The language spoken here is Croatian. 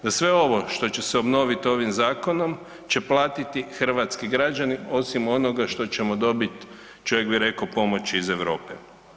Da sve ovo što će obnovit ovim zakonom će platiti hrvatski građani osim onoga što ćemo dobiti, čovjek bi rekao pomoći iz Europe.